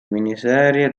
miniserie